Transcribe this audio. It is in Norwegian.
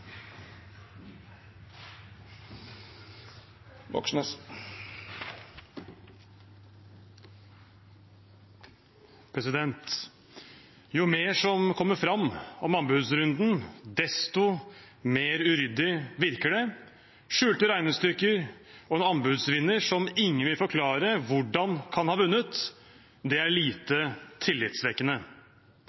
komiteen. Jo mer som kommer fram om anbudsrunden, dess mer uryddig virker det. Det er skjulte regnestykker og en anbudsvinner som ingen vil forklare hvordan kan ha vunnet. Det er lite